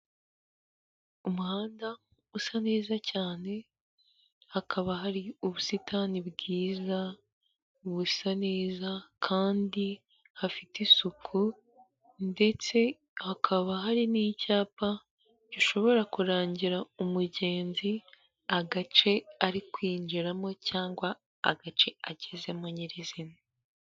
Umuhanda usa neza cyane hakaba hari ubusitani bwiza busa neza kandi hafite isuku, ndetse hakaba hari n'icyapa gishobora kurangira umugenzi agace ari kwinjiramo cyangwa agace agezemo nyirizina.